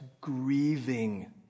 grieving